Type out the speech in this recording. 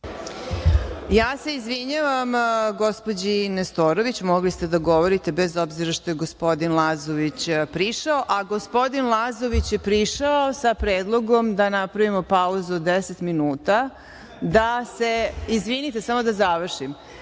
Raguš** Izvinjavam se gospođi Nestorović, mogli ste da govorite bez obzira što je gospodin Lazović prišao, a gospodin Lazović je prišao sa predlogom da napravimo pauzu od 10 minuta da se…Izvinite, samo da završim. Da